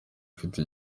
ifite